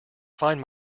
find